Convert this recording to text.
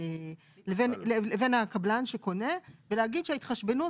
לבין הקבלן שקונה ולהגיד שההתחשבנות